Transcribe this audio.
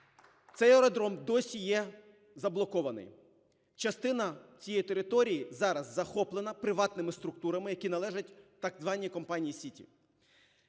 Цей аеродром досі є заблокований. Частина цієї території зараз захоплена приватними структурами, які належать так званій компанії "Сіті".